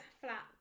flat